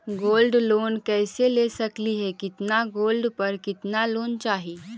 Gold loan कैसे ले सकली हे, कितना गोल्ड पर कितना लोन चाही?